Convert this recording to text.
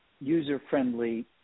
user-friendly